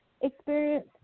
experience